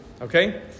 Okay